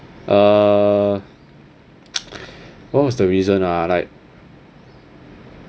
uh what was the reason ah like